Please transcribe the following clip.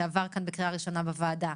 שעבר בקריאה הראשונה בוועדה,